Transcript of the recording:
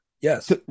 Yes